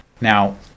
Now